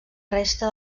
resta